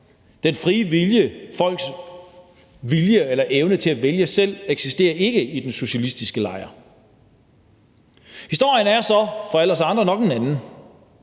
eller evne til at vælge selv eksisterer ikke i den socialistiske lejr. Historien for alle os andre er så nok en anden.